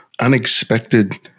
unexpected